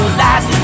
last